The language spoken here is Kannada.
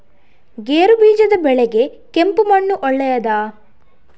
ಗೇರುಬೀಜದ ಬೆಳೆಗೆ ಕೆಂಪು ಮಣ್ಣು ಒಳ್ಳೆಯದಾ?